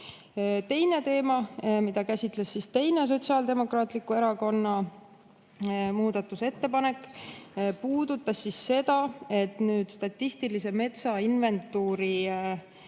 Teine teema, mida käsitles teine Sotsiaaldemokraatliku Erakonna muudatusettepanek, puudutas seda, et statistilise metsainventuuri